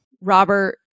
Robert